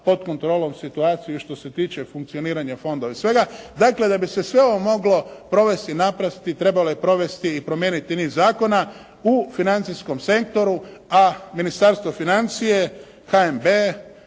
pod kontrolom situaciju i što se tiče funkcioniranja fondova i svega. Dakle, da bi se sve ovo moglo provesti … /Govornik se ne razumije./ … trebalo je provesti i promijeniti niz zakona u financijskom sektoru. A Ministarstvo financija, HNB